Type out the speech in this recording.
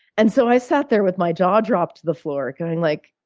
and so i sat there with my jaw dropped to the floor, going, like,